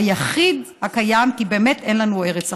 היחיד הקיים, כי באמת אין לנו ארץ אחרת.